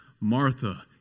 Martha